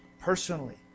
Personally